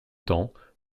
temps